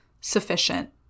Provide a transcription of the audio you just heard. sufficient